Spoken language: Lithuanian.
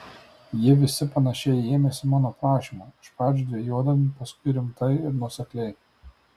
jie visi panašiai ėmėsi mano prašymo iš pradžių dvejodami paskui rimtai ir nuosekliai